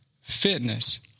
fitness